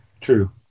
True